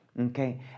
Okay